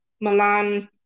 Milan